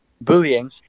bullying